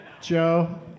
Joe